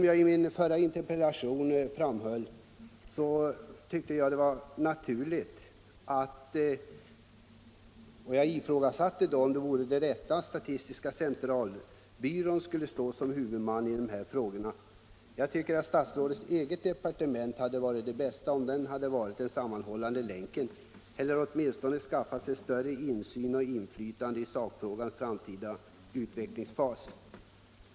Jag ifrågasatte i min interpellation 1972 om det var det rätta att statistiska centralbyrån skulle stå som huvudman i de här frågorna. Jag tycker att det bästa hade varit om statsrådets eget departement varit den sammanhållande länken eller åtminstone skaffat sig större insyn och inflytande i sakfrågans framtida utveckling.